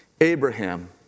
Abraham